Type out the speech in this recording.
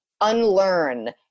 unlearn